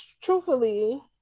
truthfully